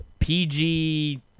PG